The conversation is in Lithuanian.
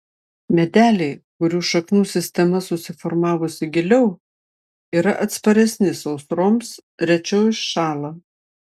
medeliai kurių šaknų sistema susiformavusi giliau yra atsparesni sausroms rečiau iššąla